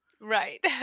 Right